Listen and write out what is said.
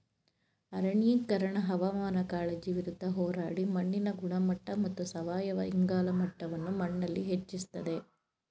ಅರಣ್ಯೀಕರಣ ಹವಾಮಾನ ಕಾಳಜಿ ವಿರುದ್ಧ ಹೋರಾಡಿ ಮಣ್ಣಿನ ಗುಣಮಟ್ಟ ಮತ್ತು ಸಾವಯವ ಇಂಗಾಲ ಮಟ್ಟವನ್ನು ಮಣ್ಣಲ್ಲಿ ಹೆಚ್ಚಿಸ್ತದೆ